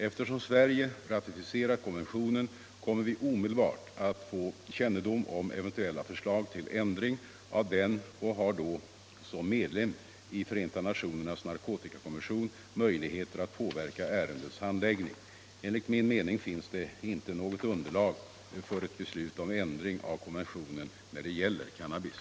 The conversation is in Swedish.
Eftersom Sverige ratificerat konventionen kommer vi omedelbart att få kännedom om eventuella förslag till ändring av den och har då som medlem av FN:s narkotikakommission möjligheter att påverka ärendets handläggning. Enligt min mening finns det inte något underlag för ett beslut om ändring av konventionen när det gäller cannabis.